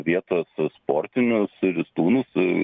vietos sportinius ristūnus